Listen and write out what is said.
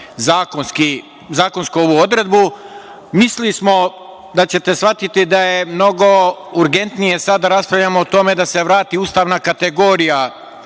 zakonsku odredbu. Mislili smo da ćete shvatiti da je mnogo urgentnije da sada raspravljamo o tome da se vrati ustavna kategorija